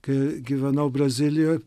kai gyvenau brazilijoj